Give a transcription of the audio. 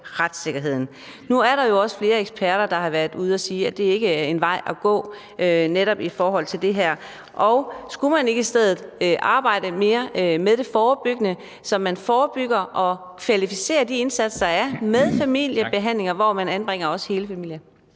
retssikkerheden, og der er jo også flere eksperter, der har været ude at sige, at det netop ikke er en vej at gå. Skulle man ikke i stedet arbejde mere med det forebyggende, så man forebygger og kvalificerer de indsatser, der er, med familiebehandlinger, altså hvor man også anbringer hele familien?